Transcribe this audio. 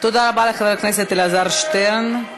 תודה רבה לחבר הכנסת אלעזר שטרן.